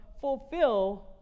fulfill